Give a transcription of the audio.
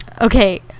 okay